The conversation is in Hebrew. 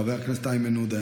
חבר הכנסת איימן עודה,